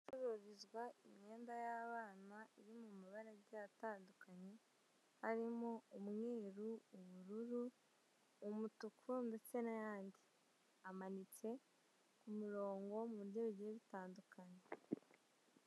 Ahacururziwa imyenda y'abana iri mu mabara agiye atandukanye arimo umweru, ubururu, umutuku ndetse n'ayandi amanitse kumurongo mu buryo bugiye butandukanye.